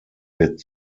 wird